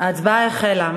ההצעה החלה,